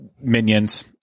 Minions